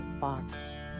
Box